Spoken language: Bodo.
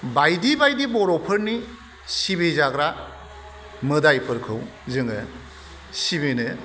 बायदि बायदि बर'फोरनि सिबिजाग्रा मोदायफोरखौ जोङो सिबिनो